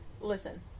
listen